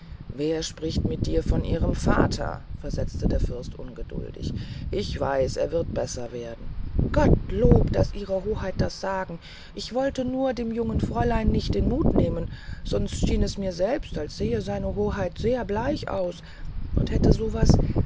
wer spricht mit dir von ihrem vater versetzte der fürst ungeduldig ich weiß er wird besser werden gottlob daß ihre hoheit das sagen ich wolte nur dem jungen fräulein nicht den muth benehmen sonst schien es mir selbst als sähen seine hoheit sehr bleich aus und hätten so etwas